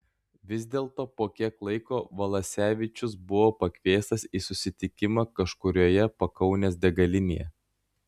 vis dėlto po kiek laiko valasevičius buvo pakviestas į susitikimą kažkurioje pakaunės degalinėje